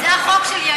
זה החוק שלי.